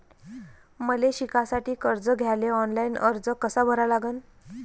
मले शिकासाठी कर्ज घ्याले ऑनलाईन अर्ज कसा भरा लागन?